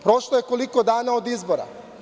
Prošlo je koliko dana od izbora?